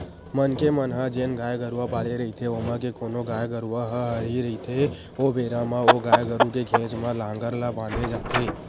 मनखे मन ह जेन गाय गरुवा पाले रहिथे ओमा के कोनो गाय गरुवा ह हरही रहिथे ओ बेरा म ओ गाय गरु के घेंच म लांहगर ला बांधे जाथे